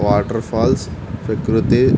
waterfalls ప్రకృతి